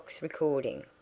recording